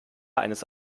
eines